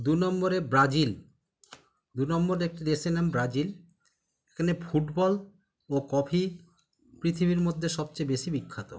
দু নম্বরে ব্রাজিল দু নম্বরে একটি দেশের নাম ব্রাজিল এখানে ফুটবল ও কফি পৃথিবীর মধ্যে সবচেয়ে বেশি বিখ্যাত